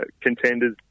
contenders